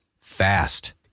fast